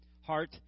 heart